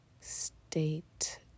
state